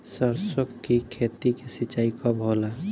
सरसों की खेती के सिंचाई कब होला?